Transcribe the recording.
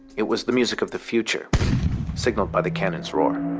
it was the music of the future signaled by the cannons roar